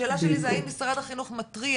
השאלה שלי זה האם משרד החינוך מתריע?